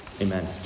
Amen